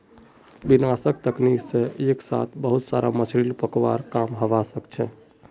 विनाशक तकनीक से एक साथ बहुत सारा मछलि पकड़वार काम हवा सके छे